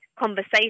conversation